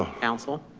counsel.